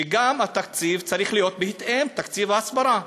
שגם התקציב צריך להיות בהתאם, תקציב ההסברה.